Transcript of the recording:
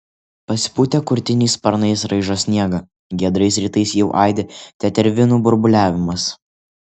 pasipūtę kurtiniai sparnais raižo sniegą giedrais rytais jau aidi tetervinų burbuliavimas